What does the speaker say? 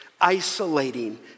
isolating